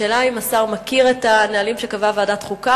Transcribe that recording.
השאלה אם השר מכיר את הנהלים שקבעה ועדת החוקה